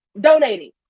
donating